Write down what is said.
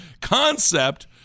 concept